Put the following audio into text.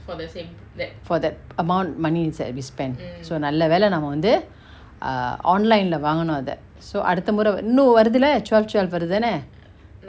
for that amount money is like we spend so நல்ல வேல நம்ம வந்து:nalla vela namma vanthu err online lah வாங்குனோ அத:vaanguno atha so அடுத்த மொர இன்னு வருதுல:adutha mora innu varuthula twelve twelve வருது தான:varuthu thana